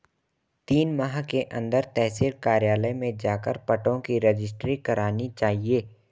तीन माह के अंदर तहसील कार्यालय में जाकर पट्टों की रजिस्ट्री करानी चाहिए